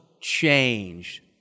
change